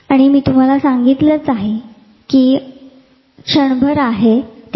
आणि मी तुम्हाला सांगितलेच आहे कि हे क्षणभर आहे